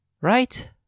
Right